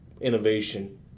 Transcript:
innovation